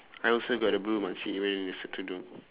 I also got the blue makcik wait let me circle down